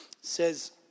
says